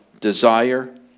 desire